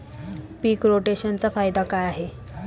पीक रोटेशनचा फायदा काय आहे?